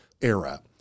era